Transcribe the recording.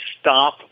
stop